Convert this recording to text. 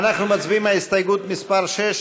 אנחנו מצביעים על הסתייגות מס' 6,